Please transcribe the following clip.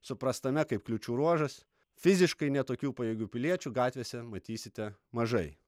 suprastame kaip kliūčių ruožas fiziškai ne tokių pajėgių piliečių gatvėse matysite mažai